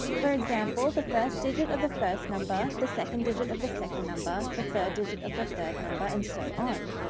for example the first digit of the first number, the second digit of the second number, the third digit of the third number and so on,